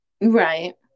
right